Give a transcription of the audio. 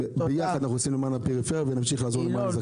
ביחד אנחנו עושים למען הפריפריה ונמשיך לעשות למען אזרחי ישראל.